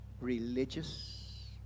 religious